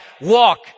walk